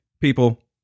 People